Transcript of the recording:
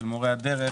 על מורי הדרך.